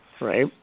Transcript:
Right